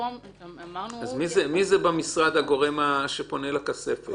מי במשרד זה שפונה לכספת?